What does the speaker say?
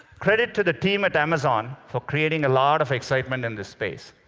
credit to the team at amazon for creating a lot of excitement in this space.